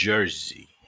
Jersey